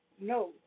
no